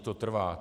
To trvá.